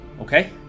okay